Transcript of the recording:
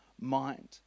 mind